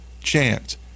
chance